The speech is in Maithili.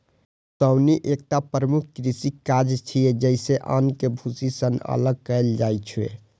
ओसौनी एकटा प्रमुख कृषि काज छियै, जइसे अन्न कें भूसी सं अलग कैल जाइ छै